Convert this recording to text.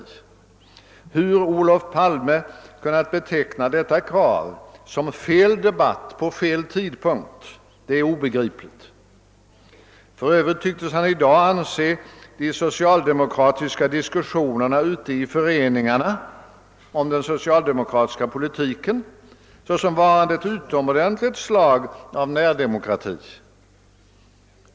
Hur Olof Palme kunnat beteckna dessa krav som fel debatt på fel tidpunkt är obegripligt. För övrigt tycktes han i dag anse diskussionerna ute i de socialdemokratiska föreningarna om regeringens politik såsom varande en utomordentlig form av närdemokrati.